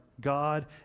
God